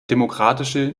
demokratische